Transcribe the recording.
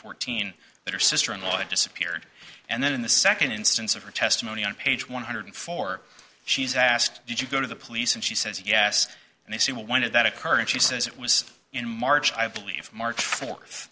fourteen that her sister in law had disappeared and then in the second instance of her testimony on page one hundred four she's asked did you go to the police and she says yes and they say well when did that occur and she says it was in march i believe march fourth